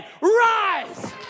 Rise